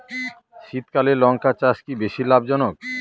শীতকালে লঙ্কা চাষ কি বেশী লাভজনক?